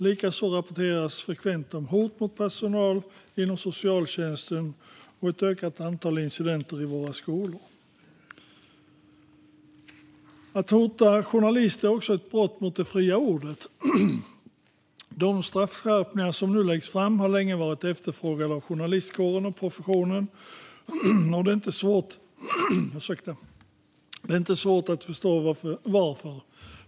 Likaså rapporteras om hot mot personal inom socialtjänsten och ett ökat antal incidenter i våra skolor. Att hota journalister är också ett brott mot det fria ordet. De förslag om straffskärpningar som nu läggs fram har länge varit efterfrågade av journalistkåren och professionen, och det är inte svårt att förstå varför.